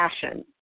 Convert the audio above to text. passion